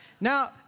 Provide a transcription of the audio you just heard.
Now